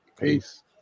Peace